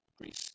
Greece